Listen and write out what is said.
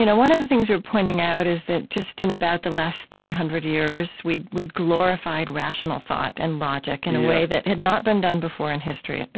you know one of the things you were pointing out is that just in about the last three hundred years, we'd we'd glorified rational thought and logic in a way that had not been done before in history.